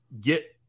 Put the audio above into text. get –